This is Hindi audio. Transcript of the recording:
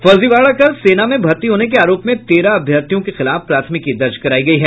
फर्जीवाड़ा कर सेना में भर्ती होने के आरोप में तेरह अभ्यर्थियों के खिलाफ प्राथमिकी दर्ज करायी गयी है